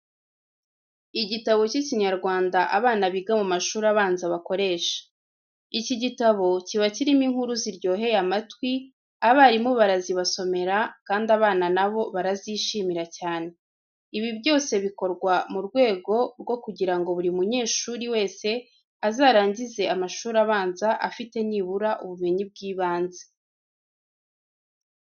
Igitabo cy'Ikinyarwanda abana biga mu mashuri abanza bakoresha. Iki gitabo kiba kirimo inkuru ziryoheye amatwi, abarimu barazibasomera kandi abana na bo barazishimira cyane. Ibi byose bikorwa mu rwego rwo kugira ngo buri munyeshuri wese azarangize amashuri abanza afite nibura ubumenyi bw'ibanze.